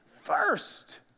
First